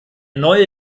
neue